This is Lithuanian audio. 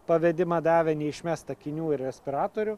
pavedimą davę neišmest akinių ir respiratorių